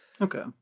Okay